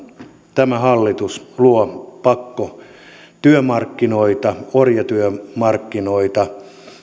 tämä hallitus luo pakkotyömarkkinoita orjatyömarkkinoita